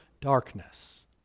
darkness